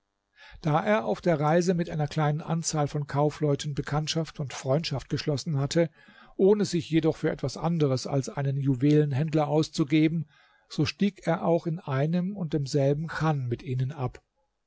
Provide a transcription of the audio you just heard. da er auf der reise mit einer kleinen anzahl von kaufleuten bekanntschaft und freundschaft geschlossen hatte ohne sich jedoch für etwas anderes als einen juwelenhändler auszugeben so stieg er auch in einem und demselben chan mit ihnen ab